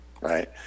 right